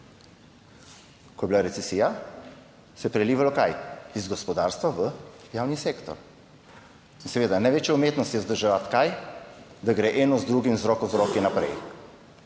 Ko je bila recesija, se je prelivalo kaj, iz gospodarstva v javni sektor in seveda največja umetnost je vzdrževati kaj, da gre eno z drugim z roko v roki naprej